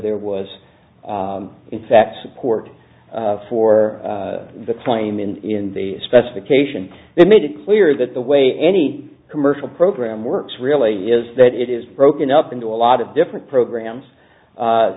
there was in fact support for the claim in the specification that made it clear that the way any commercial program works really is that it is broken up into a lot of different programs